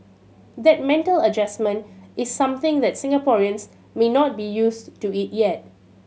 that mental adjustment is something that Singaporeans may not be used to it yet